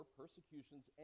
persecutions